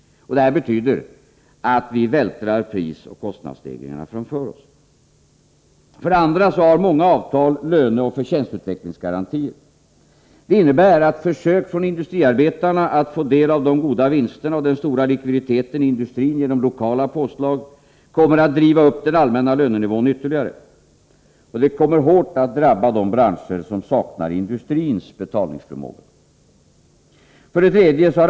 Det betyder att vi vältrar prisoch kostnadsstegringarna framför oss. 2. Många avtal har löneoch förtjänstutvecklingsgarantier. Det innebär att försök från industriarbetarna att få del av de goda vinsterna och den stora likviditeten i industrin genom lokala påslag kommer att driva upp den allmänna lönenivån ytterligare. Det kommer att hårt drabba de branscher som saknar industrins betalningsförmåga. 3.